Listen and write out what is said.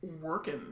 working